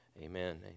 Amen